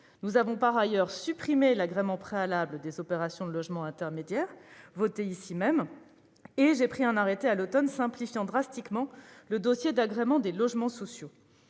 Nous avons par ailleurs supprimé l'agrément préalable des opérations de logements intermédiaires- cette mesure a été votée par le Sénat -et j'ai pris un arrêté, à l'automne, pour simplifier drastiquement le dossier d'agrément des logements sociaux.